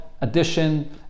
addition